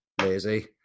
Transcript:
lazy